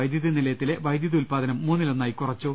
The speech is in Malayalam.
വൈദ്യുതി നിലയത്തിലെ വൈദ്യുതി ഉൽപാദനം മൂന്നിലൊന്നായി കുറച്ചു